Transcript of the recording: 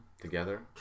together